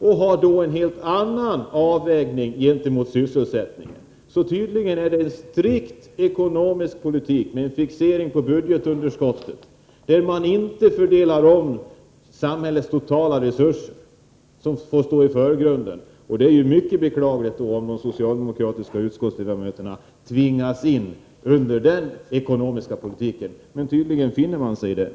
Dessa gör en helt annan avvägning gentemot sysselsättningen. Det är en strikt ekonomisk politik med fixering på budgetunderskottet och utan fördelning av samhällets totala resurser som får stå i förgrunden. Det är mycket beklagligt om de socialdemokratiska utskottsledamöterna tvingas in under denna ekonomiska politik, men tydligen finner de sig i detta.